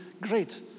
great